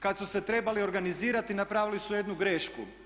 Kad su se trebali organizirati napravili su jednu grešku.